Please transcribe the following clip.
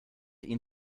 ihn